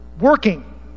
working